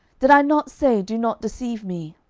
did i not say, do not deceive me?